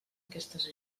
aquestes